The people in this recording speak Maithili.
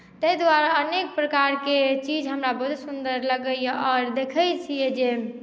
ताहि द्वारे अनेक प्रकारके चीज हमरा बहुत सुन्दर लगैए आओर देखैत छियै जे